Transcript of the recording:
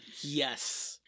Yes